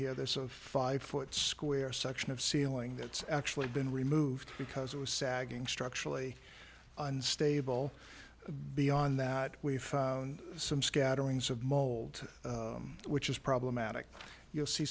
here there's a five foot square section of ceiling that's actually been removed because it was sagging structurally unstable beyond that we found some scatterings of mold which is problematic you'll see